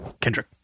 Kendrick